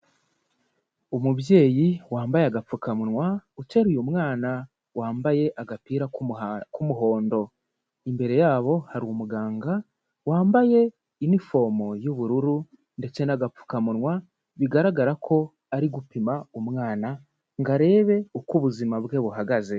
Umubyeyi wambaye agapfukamunwa, uteruye umwana wambaye agapira k'umuhondo; imbere yabo hari umuganga wambaye inifomu y'ubururu, ndetse n’agapfukamunwa. Bigaragara ko ari gupima umwana ngo arebe uko ubuzima bwe buhagaze.